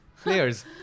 Players